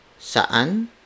Saan